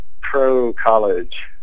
pro-college